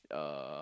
uh